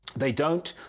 they don't